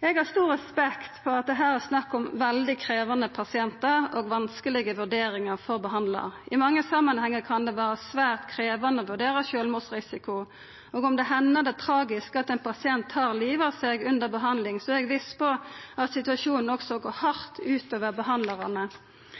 Eg har stor respekt for at det her er snakk om veldig krevjande pasientar og vanskelege vurderingar for behandlarane. Men i mange samanhengar kan det vera svært krevjande å vurdera sjølvmordsrisiko. Og om det tragiske hendar, at ein pasient tar livet av seg under behandlinga, er eg viss på at situasjonen også går hardt ut over behandlarane.